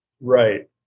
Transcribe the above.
Right